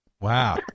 Wow